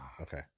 Okay